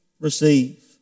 receive